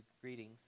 greetings